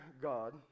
God